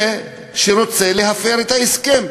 זה שרוצה להפר את ההסכם.